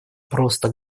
просто